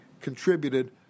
contributed